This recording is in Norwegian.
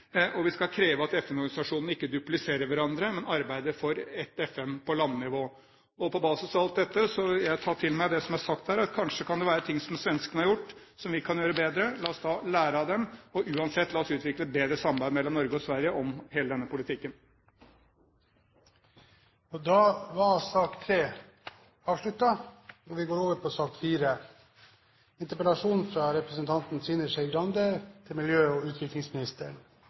og vi skal kreve at FN-organisasjonene ikke dupliserer hverandre, men arbeider for ett FN på landnivå. Og på basis av alt dette vil jeg ta til meg det som er sagt her, at kanskje kan det være ting som svenskene har gjort, som vi kan gjøre bedre. La oss da lære av dem, og uansett, la oss utvikle et bedre samarbeid mellom Norge og Sverige om hele denne politikken. Debatten i sak